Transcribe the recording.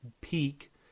peak